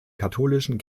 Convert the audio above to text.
katholischen